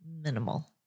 minimal